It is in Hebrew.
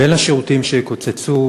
בין השירותים שיקוצצו,